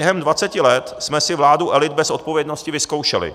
Během dvaceti let jsme si vládu elit bez odpovědnosti vyzkoušeli.